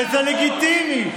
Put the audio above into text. וזה לגיטימי,